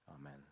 amen